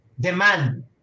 demand